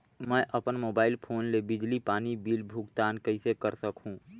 मैं अपन mobile phone ले बिजली पानी बिल भुगतान कइसे कर सकहुं?